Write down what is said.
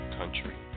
country